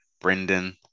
Brendan